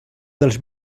dels